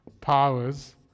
powers